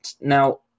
Now